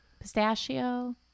Pistachio